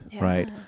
right